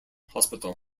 hospital